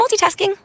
multitasking